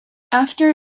after